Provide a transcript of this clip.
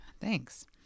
Thanks